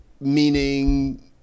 Meaning